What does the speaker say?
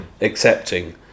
accepting